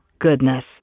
goodness